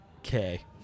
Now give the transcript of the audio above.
okay